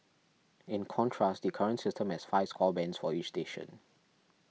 in contrast the current system has five score bands for each station